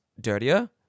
dirtier